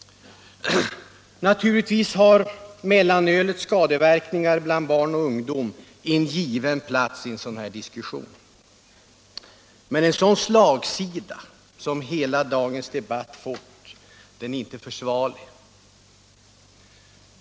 Naturligtvis har mellanölets skadeverkningar bland barn och ungdom en given plats i en sådan här diskussion, men en sådan slagsida som hela dagens debatt fått är inte försvarlig.